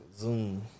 Zoom